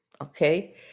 Okay